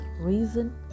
reason